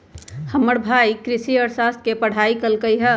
हमर भाई कृषि अर्थशास्त्र के पढ़ाई कल्कइ ह